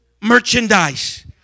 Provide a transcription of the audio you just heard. merchandise